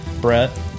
Brett